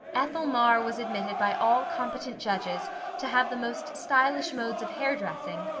ethel marr was admitted by all competent judges to have the most stylish modes of hair-dressing,